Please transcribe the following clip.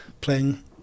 playing